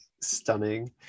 stunning